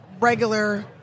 regular